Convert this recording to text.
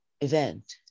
event